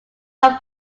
are